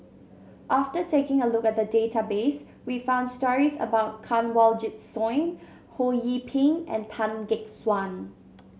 after taking a look at the database we found stories about Kanwaljit Soin Ho Yee Ping and Tan Gek Suan